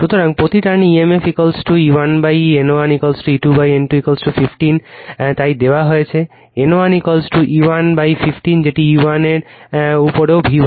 সুতরাং প্রতি টার্ণে emf E1 N1 E2 N2 15 তাই দেওয়া হয়েছে N1 E1 15 যেটি E1 এর উপরেও V1